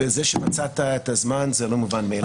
וזה שמצאת את הזמן זה לא מובן מאליו.